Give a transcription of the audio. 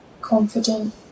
confident